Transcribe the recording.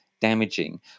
damaging